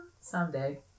someday